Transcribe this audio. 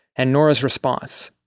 and nora's response,